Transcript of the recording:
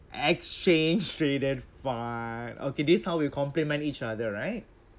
exchange traded fund okay this is how we complement each other right